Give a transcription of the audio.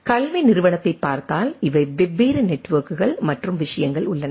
கல்வி நிறுவனத்தைப் பார்த்தால் இவை வெவ்வேறு நெட்வொர்க்குகள் மற்றும் விஷயங்கள் உள்ளன